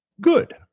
good